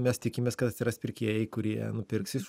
mes tikimės kad atsiras pirkėjai kurie nupirks iš